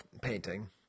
painting